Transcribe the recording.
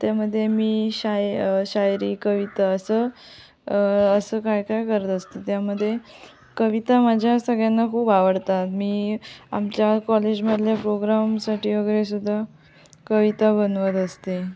त्यामध्ये मी शाय शायरी कविता असं असं काय काय करत असते त्यामध्ये कविता माझ्या सगळ्यांना खूप आवडतात मी आमच्या कॉलेजमधल्या प्रोग्रामसाठी वगैरे सुद्धा कविता बनवत असते